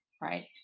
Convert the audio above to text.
right